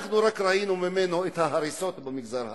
אנחנו רק ראינו ממנו את ההריסות במגזר הערבי.